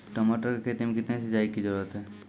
टमाटर की खेती मे कितने सिंचाई की जरूरत हैं?